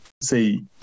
say